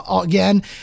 again